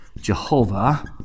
Jehovah